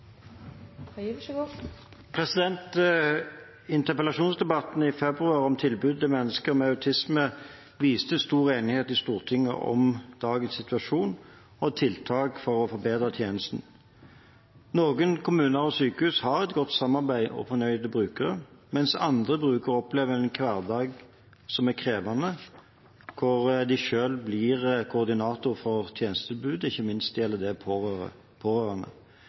Interpellasjonsdebatten i februar om tilbud til mennesker med autisme viste stor enighet i Stortinget om dagens situasjon og tiltak for å forbedre tjenesten. Noen kommuner og sykehus har et godt samarbeid og fornøyde brukere, mens andre brukere opplever en hverdag som er krevende, hvor de selv blir koordinator for tjenestetilbudet. Ikke minst gjelder det pårørende.